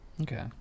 Okay